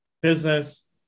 business